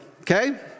Okay